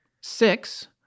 Six